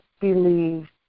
believe